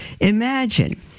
Imagine